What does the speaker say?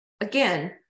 Again